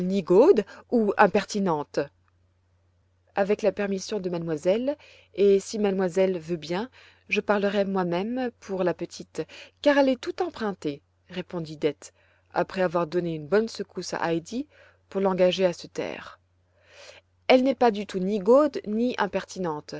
ou impertinente avec la permission de mademoiselle et si mademoiselle veut bien je parlerai moi-même pour la petite car elle est tout empruntée répondit dete après avoir donné une bonne secousse à heidi pour l'engager à se taire elle n'est pas du tout nigaude ni impertinente